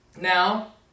now